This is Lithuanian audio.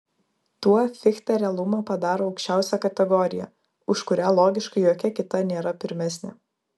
tuo fichte realumą padaro aukščiausia kategorija už kurią logiškai jokia kita nėra pirmesnė